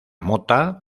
mota